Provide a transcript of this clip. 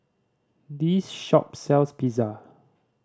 this shop sells Pizza